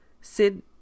Sid